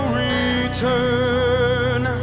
return